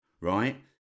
right